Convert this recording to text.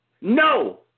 No